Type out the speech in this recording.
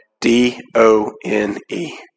D-O-N-E